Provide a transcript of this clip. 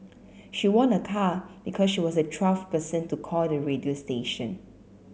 she won a car because she was the twelfth person to call the radio station